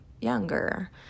younger